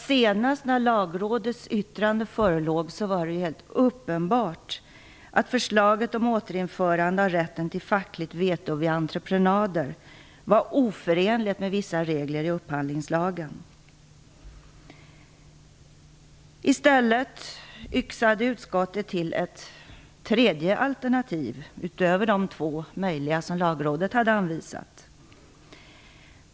Senast när lagrådets yttrande förelåg var det helt uppenbart att förslaget om återinförande om fackligt veto vid entreprenader var oförenligt med vissa regler i upphandlingslagen. I stället yxade utskottet till ett tredje alternativ utöver de två möjliga som lagrådet hade anvisat.